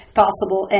possible